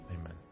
Amen